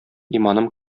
иманым